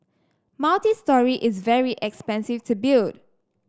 multistory is very expensive to build